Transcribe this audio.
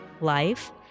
Life